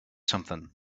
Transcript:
something